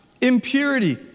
Impurity